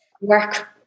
work